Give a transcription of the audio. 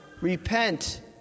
repent